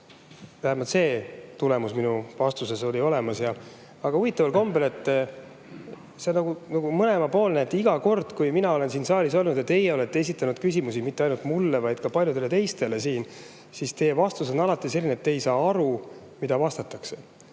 Vähemalt see tulemus minu vastusel oli. Aga huvitaval kombel see on mõlemapoolne. Iga kord, kui mina olen siin saalis olnud ja teie olete esitanud küsimusi mitte ainult mulle, vaid ka paljudele teistele, siis teie vastus on alati selline, et te ei saanud aru, mida vastati.